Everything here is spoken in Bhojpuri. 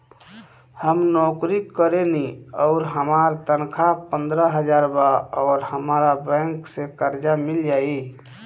हम नौकरी करेनी आउर हमार तनख़ाह पंद्रह हज़ार बा और हमरा बैंक से कर्जा मिल जायी?